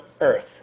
earth